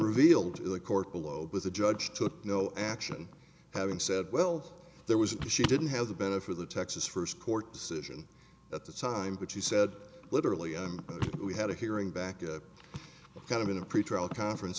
revealed in the court below but the judge took no action having said well there was she didn't have the benefit of the texas first court decision at the time but she said literally i'm we had a hearing back a kind of in a pretrial conference